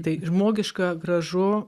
tai žmogiška gražu